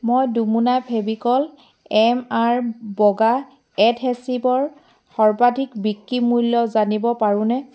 মই দুমোনা Fevicol M R বগা এডহেচিভৰ সৰ্বাধিক বিক্ৰী মূল্য জানিব পাৰোঁনে